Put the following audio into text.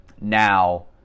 now